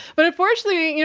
but unfortunately, you